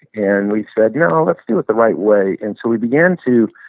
and we said, you know, let's do it the right way. and so we began to